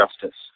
Justice